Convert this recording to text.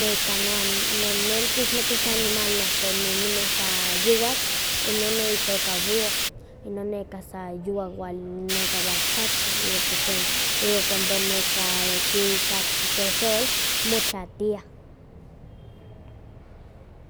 Neka no ne nikixmati se animal ke nenemi sa yowan inon no itoka búho, inon neka sa yowak wal neka waltzatzi iwa pues iwa cuando neka ke kahki keh sol, motlaatiah.